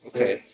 Okay